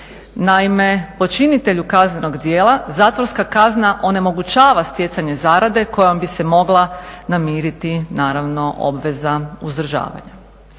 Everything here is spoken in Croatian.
Naime, počinitelju kaznenog djela zatvorska kazna onemogućava stjecanje zarade kojom bi se mogla namiriti naravno obveza uzdržavanja.